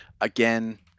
Again